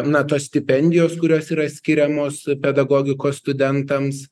na tos stipendijos kurios yra skiriamos pedagogikos studentams